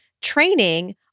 training